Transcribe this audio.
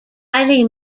highly